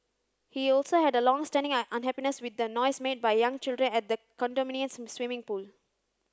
he also had a long standing unhappiness with the noise made by young children at the condominium's swimming pool